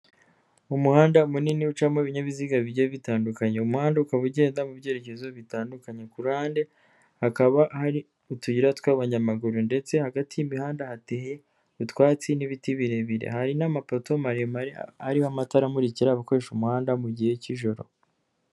Umuhanda munini ucamo ibinyabiziga bijgiye bitandukanyekanya, umuhanda ukaba ugenda mu byerekezo bitandukanye, ku ruhande hakaba hari utuyira tw'abanyamaguru ndetse hagati y'imihanda hateye utwatsi n'ibiti birebire, hari n'amapoto maremare ariho amatara amurikira abakoresha umuhanda mu gihe k'ijoro.